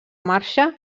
marxa